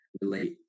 relate